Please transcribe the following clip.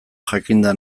jakinda